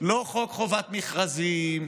לא חוק חובת מכרזים,